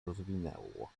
rozwinęło